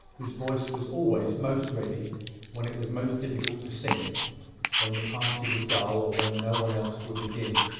whose voice was always most ready when it was most difficult to sing when the party was dull, or when no one else would begin.